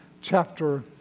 chapter